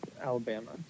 alabama